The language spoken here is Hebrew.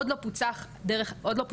אבל עוד לא פוצחה דרך המלך.